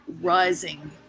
rising